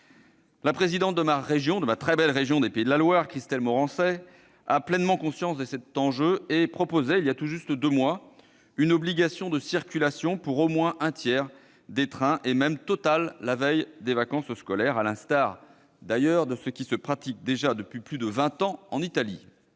La présidente de ma très belle région des Pays de la Loire, Christelle Morançais, a pleinement conscience de cet enjeu et proposait, il y a tout juste deux mois, une obligation de circulation pour au moins un tiers des trains. Elle suggérait même une obligation totale la veille des vacances scolaires, à l'instar de ce se pratique déjà depuis plus de vingt ans en Italie.